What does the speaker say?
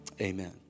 amen